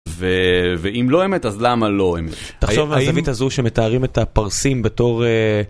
ואם לא אמת אז למה לא אם אפש..? תחשוב על זווית הזו שמתארים את הפרסים בתור..